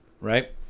right